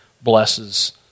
blesses